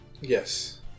Yes